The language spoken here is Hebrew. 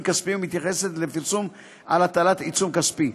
כספיים מתייחסת לפרסום של הטלת עיצום כספי.